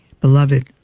Beloved